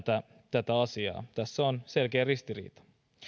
tätä asiaa tässä on selkeä ristiriita